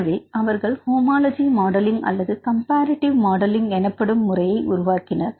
எனவே அவர்கள் homology modelling அல்லது கம்ப ரிட்டி மாடலிங் எனப்படும் முறையை உருவாக்கினர்